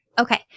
okay